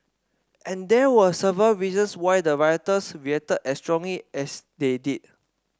and there were several reasons why the rioters reacted as strongly as they did